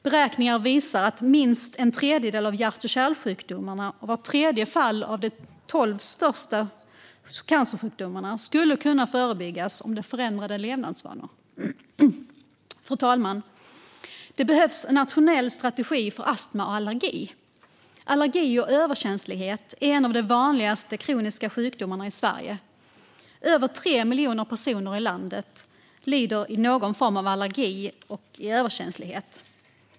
Beräkningar visar att minst en tredjedel av hjärt och kärlsjukdomarna och vart tredje fall av de tolv största cancersjukdomarna skulle kunna förebyggas med förändrade levnadsvanor. Fru talman! Det behövs en nationell strategi för astma och allergi. Allergi och överkänslighet är en av de vanligaste kroniska sjukdomarna i Sverige. Över 3 miljoner personer i landet lider av någon form av allergi eller överkänslighet.